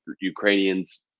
Ukrainians